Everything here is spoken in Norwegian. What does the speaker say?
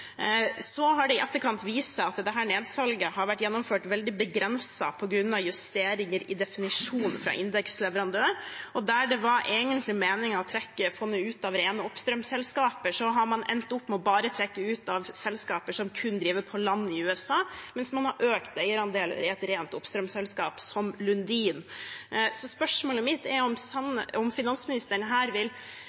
har i etterkant vist seg at dette nedsalget har vært gjennomført veldig begrenset på grunn av justeringer i definisjonen fra indeksleverandør. Der det egentlig var meningen å trekke fondet ut av rene oppstrømsselskaper, har man endt opp med bare å trekke det ut av selskaper som kun driver på land i USA, mens man har økt eierandeler i et rent oppstrømsselskap som Lundin. Spørsmålet mitt er om finansministeren vil ettergå hva som har skjedd, om